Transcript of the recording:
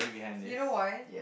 you know why